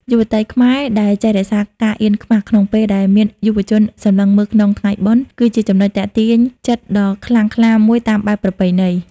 យុវតីខ្មែរដែលចេះរក្សា "ការអៀនខ្មាស" ក្នុងពេលដែលមានយុវជនសម្លឹងមើលក្នុងថ្ងៃបុណ្យ គឺជាចំណុចទាក់ទាញចិត្តដ៏ខ្លាំងក្លាមួយតាមបែបប្រពៃណី។